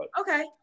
Okay